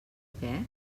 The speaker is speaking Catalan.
què